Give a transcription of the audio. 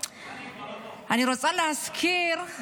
רוצה להזכיר: